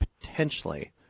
potentially